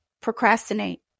procrastinate